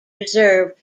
reserved